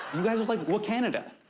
you guys are like wakanada.